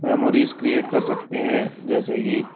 memories create कर सकते हैं जैसे कि